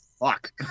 fuck